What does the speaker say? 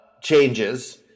changes